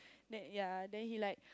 then yeah then he like